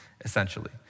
essentially